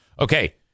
Okay